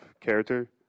character